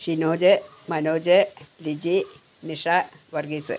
Shinoj Manoj Liji Nisha Varghese